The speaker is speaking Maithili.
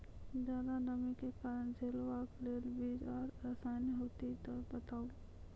ज्यादा नमी के झेलवाक लेल बीज आर रसायन होति तऽ बताऊ?